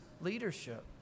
leadership